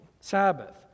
Sabbath